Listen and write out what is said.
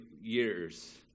years